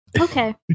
Okay